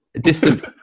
distant